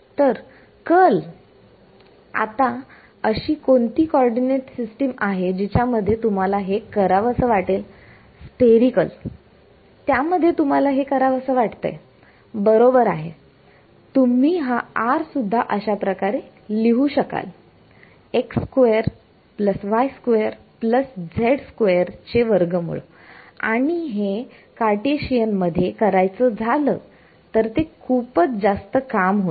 तर त्याचा कर्ल आता अशी कोणती कॉर्डीनेट सिस्टीम आहे जिच्यामध्ये तुम्हाला हे करावंसं वाटेल स्फेरीकल त्यामध्ये तुम्हाला हे करावसं वाटतंय बरोबर आहे तुम्ही हा r सुद्धा अशाप्रकारे लिहू शकाल आणि हे कार्टेशियन मध्ये करायचं झालं तर ते खूपच जास्त काम होईल